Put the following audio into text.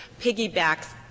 piggybacks